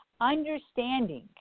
understanding